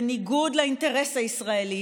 בניגוד לאינטרס הישראלי,